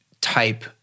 type